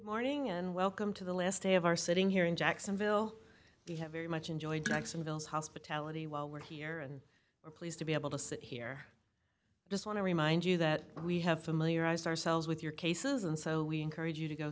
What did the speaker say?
morning and welcome to the last day of our sitting here in jacksonville you have very much enjoyed next and bill's hospitality while we're here and we're pleased to be able to sit here i just want to remind you that we have familiarize ourselves with your cases and so we encourage you to go